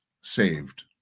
saved